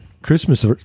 christmas